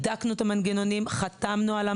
<< יור >> פנינה תמנו (יו"ר הוועדה